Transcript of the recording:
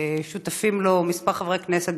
ששותפים לו כמה חברי כנסת,